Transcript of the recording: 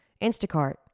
Instacart